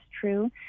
true